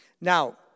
Now